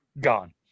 gone